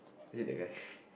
is it that guy